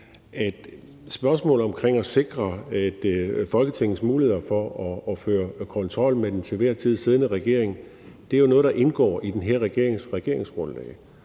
spørgsmålet om at sikre Folketingets muligheder for at føre kontrol med den til enhver tid siddende regering, og det er jo noget, der indgår i den her regerings